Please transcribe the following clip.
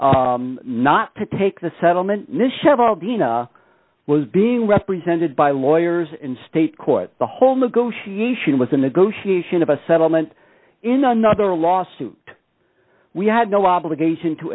not to take the settlement have all dina was being represented by lawyers in state court the whole negotiation was a negotiation of a settlement in another lawsuit we had no obligation to